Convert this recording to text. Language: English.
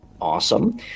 Awesome